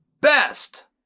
best